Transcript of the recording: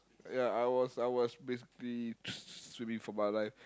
ya I was I was basically t~ swimming for my life